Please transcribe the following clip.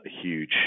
huge